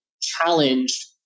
challenged